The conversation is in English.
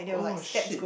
oh shit